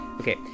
okay